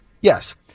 Yes